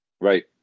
Right